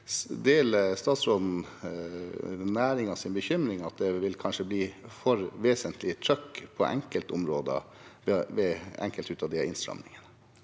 statsråden næringens bekymring for at det kanskje vil bli et for vesentlig trykk på enkeltområder gjennom enkelte av disse innstrammingene?